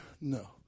No